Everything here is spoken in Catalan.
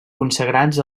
consagrats